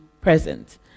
present